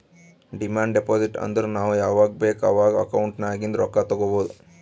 demand deposit ಅಂದುರ್ ನಾವ್ ಯಾವಾಗ್ ಬೇಕ್ ಅವಾಗ್ ಅಕೌಂಟ್ ನಾಗಿಂದ್ ರೊಕ್ಕಾ ತಗೊಬೋದ್